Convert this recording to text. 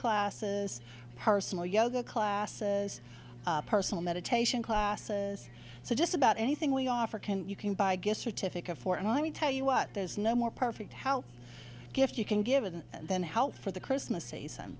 classes personal yoga classes personal meditation classes so just about anything we offer can you can buy get certificate for and i me tell you what there's no more perfect health gift you can give and then help for the christmas season